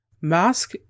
Mask